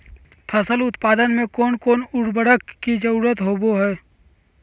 फसल उत्पादन में कोन कोन उर्वरक के जरुरत होवय हैय?